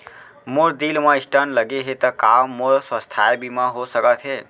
मोर दिल मा स्टन्ट लगे हे ता का मोर स्वास्थ बीमा हो सकत हे?